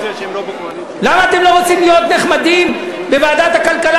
למה אתם לא רוצים להיות נחמדים בוועדת הכלכלה,